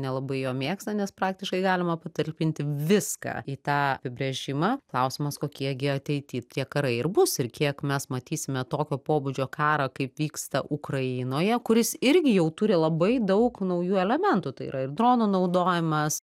nelabai jo mėgsta nes praktiškai galima patalpinti viską į tą apibrėžimą klausimas kokie gi ateity tie karai ir bus ir kiek mes matysime tokio pobūdžio karą kaip vyksta ukrainoje kuris irgi jau turi labai daug naujų elementų tai yra ir dronų naudojimas